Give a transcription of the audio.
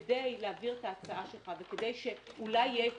כדי להעביר את ההצעה שלך וכדי שאולי יהיה את